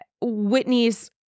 Whitney's